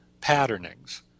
patternings